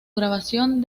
grabación